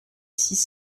six